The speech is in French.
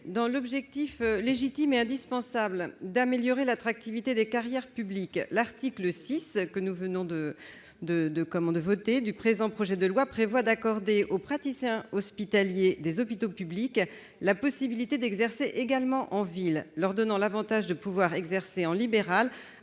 Dans l'objectif légitime et indispensable d'améliorer l'attractivité des carrières publiques, l'article 6 du présent projet de loi, que nous venons de voter, prévoit d'accorder aux praticiens hospitaliers des hôpitaux publics la possibilité d'exercer également en ville, leur conférant ainsi l'avantage de pouvoir exercer en libéral